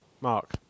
Mark